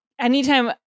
anytime